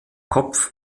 kopf